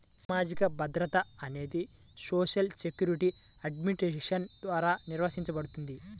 సామాజిక భద్రత అనేది సోషల్ సెక్యూరిటీ అడ్మినిస్ట్రేషన్ ద్వారా నిర్వహించబడుతుంది